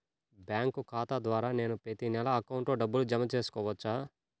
Bank ఖాతా ద్వారా నేను ప్రతి నెల అకౌంట్లో డబ్బులు జమ చేసుకోవచ్చా?